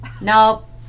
Nope